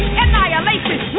annihilation